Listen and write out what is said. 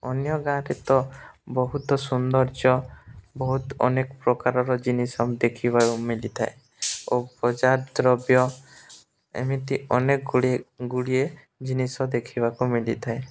ଅନ୍ୟ ଗାଁରେ ତ ବହୁତ ସୌନ୍ଦର୍ଯ୍ୟ ବହୁତ ଅନେକ ପ୍ରକାରର ଜିନିଷ ଦେଖିବା ମିଲିଥାଏ ଓ ବଜାର ଦ୍ରବ୍ୟ ଏମିତି ଅନେକ ଗୁଡ଼ିଏ ଗୁଡ଼ିଏ ଜିନିଷ ଦେଖିବାକୁ ମିଲିଥାଏ